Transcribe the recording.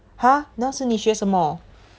!huh! 那是你学什么